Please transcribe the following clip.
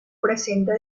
presenta